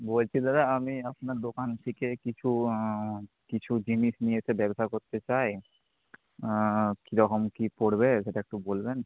বলছি দাদা আমি আপনার দোকান থেকে কিছু কিছু জিনিস নিয়ে এসে ব্যবসা করতে চাই কী রকম কী পড়বে সেটা একটু বলবেন